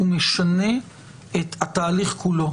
הוא משנה את התהליך כולו.